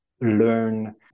learn